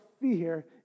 fear